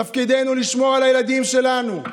תפקידנו לשמור על הילדים שלנו,